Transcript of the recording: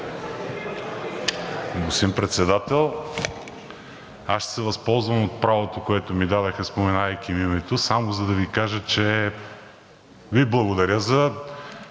благодаря